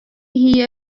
hie